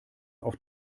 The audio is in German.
auf